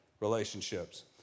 relationships